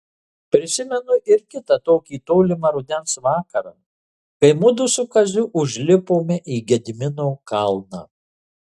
prisimenu ir kitą tokį tolimą rudens vakarą kai mudu su kaziu užlipome į gedimino kalną